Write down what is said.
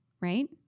right